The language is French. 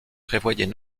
prévoyait